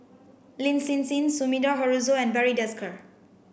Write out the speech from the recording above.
Lin Hsin Hsin Sumida Haruzo and Barry Desker